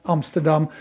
Amsterdam